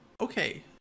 Okay